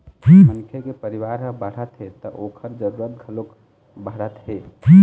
मनखे के परिवार ह बाढ़त हे त ओखर जरूरत घलोक बाढ़त हे